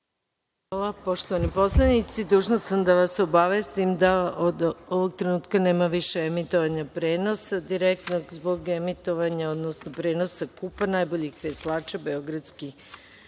Hvala. Poštovani poslanici, dužna sam da vas obavestim da od ovog trenutka nema više emitovanja prenosa direktnog zbog prenosa kupa najboljih veslača beogradskih